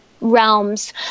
realms